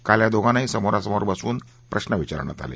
काल या दोघांनाही समोरासमोर बसवून प्रश्न विचारण्यात आले